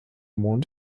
mond